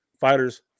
fighters